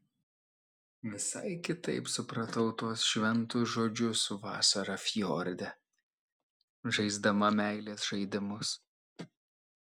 visai kitaip supratau tuos šventus žodžius vasarą fjorde žaisdama meilės žaidimus